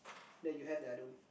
that you have that I don't